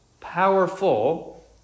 powerful